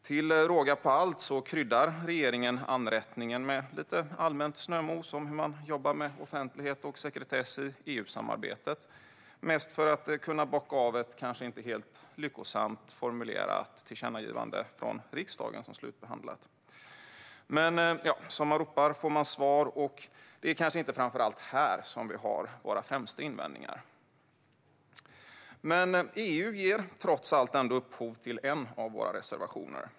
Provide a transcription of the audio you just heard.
Till råga på allt kryddar regeringen anrättningen med lite allmänt snömos om hur man jobbar med offentlighet och sekretess i EU-samarbetet, mest för att kunna bocka av ett kanske inte helt lyckosamt formulerat tillkännagivande från riksdagen som slutbehandlat. Men som man ropar får man svar, och det är kanske inte framför allt här som vi har våra främsta invändningar. EU ger ändå upphov till en av våra reservationer.